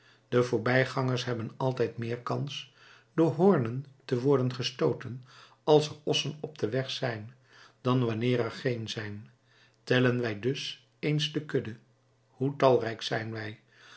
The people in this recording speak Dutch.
de voorbijgangers hebben altijd meer kans door hoornen te worden gestooten als er ossen op den weg zijn dan wanneer er geen zijn tellen wij dus eens de kudde hoe talrijk zijn wij